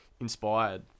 inspired